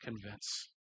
convince